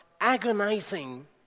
agonizing